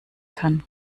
kann